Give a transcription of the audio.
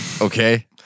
Okay